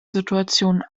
situation